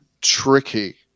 tricky